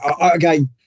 again